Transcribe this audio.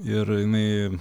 ir jinai